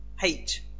Hate